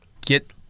get